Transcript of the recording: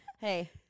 Hey